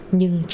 Nhưng